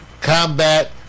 combat